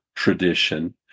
tradition